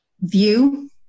view